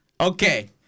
Okay